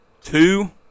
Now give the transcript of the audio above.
Two